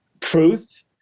truth